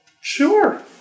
Sure